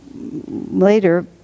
later